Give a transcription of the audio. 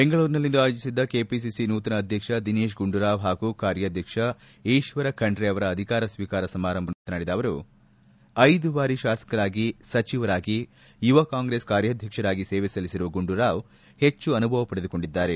ಬೆಂಗಳೂರಿನಲ್ಲಿಂದು ಆಯೋಜಿಸಿದ್ದ ಕೆಪಿಸಿಸಿ ನೂತನ ಅಧ್ಯಕ್ಷ ದಿನೇತ್ ಗುಂಡೂರಾವ್ ಹಾಗೂ ಕಾರ್ಯಾಧ್ಯಕ್ಷ ಈಶ್ವರ ಖಂಡ್ರೆ ಅವರ ಅಧಿಕಾರ ಸ್ವೀಕಾರ ಸಮಾರಂಭದಲ್ಲಿ ಪಾಲ್ಗೊಂಡು ಮಾತನಾಡಿದ ಅವರು ಐದು ಬಾರಿ ಶಾಸಕರಾಗಿ ಸಚಿವರಾಗಿ ಯುವಕಾಂಗ್ರೆಸ್ ಕಾರ್ಯಾಧ್ಯಕ್ಷರಾಗಿ ಸೇವೆ ಸಲ್ಲಿಸಿರುವ ಗುಂಡೂರಾವ್ ಹೆಚ್ಚು ಅನುಭವ ಪಡೆದುಕೊಂಡಿದ್ದಾರೆ